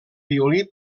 violí